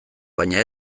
baina